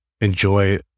enjoy